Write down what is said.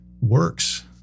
works